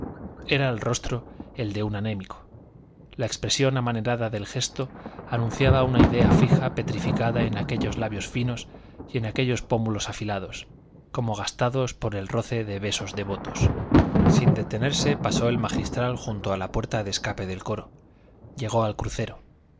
era el rostro el de un anémico la expresión amanerada del gesto anunciaba una idea fija petrificada en aquellos labios finos y en aquellos pómulos afilados como gastados por el roce de besos devotos sin detenerse pasó el magistral junto a la puerta de escape del coro llegó al crucero